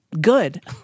good